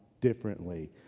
differently